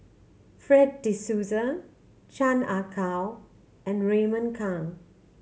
Fred De Souza Chan Ah Kow and Raymond Kang